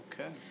Okay